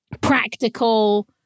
practical